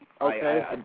Okay